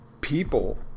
people